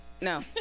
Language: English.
no